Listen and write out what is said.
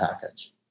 package